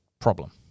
problem